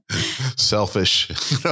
selfish